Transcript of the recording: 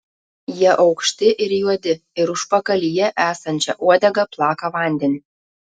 jie aukšti ir juodi ir užpakalyje esančia uodega plaka vandenį